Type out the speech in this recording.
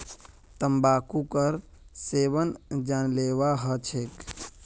तंबाकूर सेवन जानलेवा ह छेक